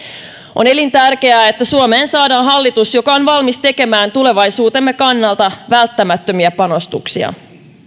on elintärkeää että suomeen saadaan hallitus joka on valmis tekemään tulevaisuutemme kannalta välttämättömiä panostuksia